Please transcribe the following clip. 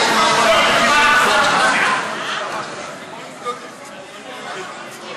פטור לסטודנטים מתשלום דמי ביטוח לאומי),